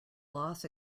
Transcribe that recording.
loss